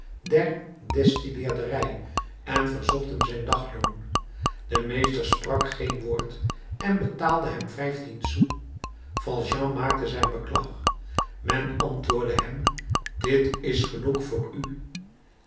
der destilleerderij en verzocht hem zijn dagloon de meester sprak geen woord en betaalde hem vijftien sous valjean maakte zijn beklag men antwoordde hem dit is genoeg voor u